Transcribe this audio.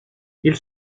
ils